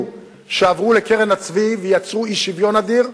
עברו לקרן הצבי ויצרו אי-שוויון אדיר,